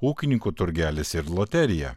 ūkininkų turgelis ir loterija